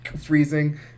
freezing